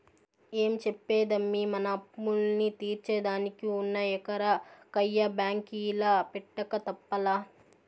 ఏం చెప్పేదమ్మీ, మన అప్పుల్ని తీర్సేదానికి ఉన్న ఎకరా కయ్య బాంకీల పెట్టక తప్పలా